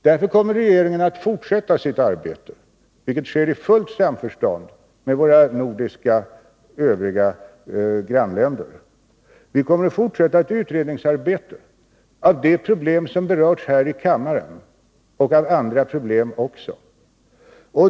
Därför kommer regeringen att fortsätta sitt arbete, vilket sker i fullt samförstånd med våra övriga nordiska grannländer. Vi kommer att fortsätta ett utredningsarbete av de problem som berörts häri kammaren och av andra problem också.